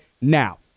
now